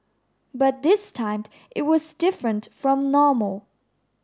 but this time it was different from normal